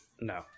No